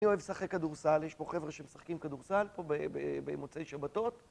אני אוהב לשחק כדורסל, יש פה חבר'ה שמשחקים כדורסל פה ב, ב, במוצאי שבתות